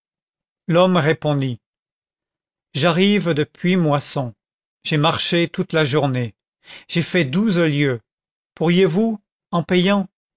l'homme répondit j'arrive de puy moisson j'ai marché toute la journée j'ai fait douze lieues pourriez-vous en payant